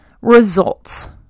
results